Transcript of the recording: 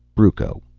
brucco.